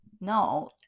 No